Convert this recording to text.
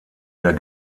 der